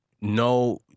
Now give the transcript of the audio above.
no